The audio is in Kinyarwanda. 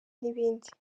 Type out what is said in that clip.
n’ibindi